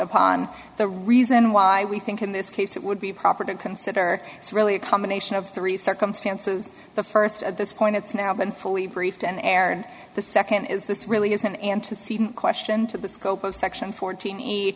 upon the reason why we think in this case it would be proper to consider it's really a combination of three circumstances the first at this point it's now been fully briefed and erred the second is this really is an antecedent question to the scope of section fourteen e